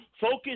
Focus